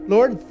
Lord